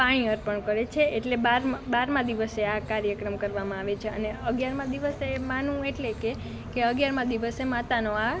પાણી અર્પણ કરે છે એટલે બારમા બારમા દિવસે આ કાર્યક્રમ કરવામાં આવે છે અને અગિયારમા દિવસે માનું એટલે કે અગિયારમા દિવસે માતાનો આ